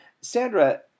Sandra